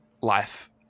life